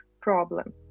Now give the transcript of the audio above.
problem